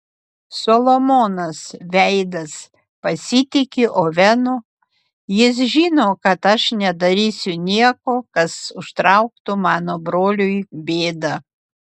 solomonas veidas pasitiki ovenu jis žino kad aš nedarysiu nieko kas užtrauktų mano broliui bėdą